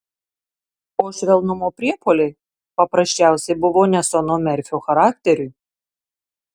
o švelnumo priepuoliai paprasčiausiai buvo ne sono merfio charakteriui